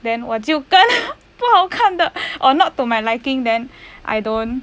then 我就跟 lor 不好看的 or not to my liking then I don't